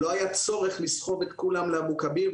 לא היה צורך לסחוב את כולם לאבו כביר,